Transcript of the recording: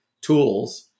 tools